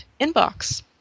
inbox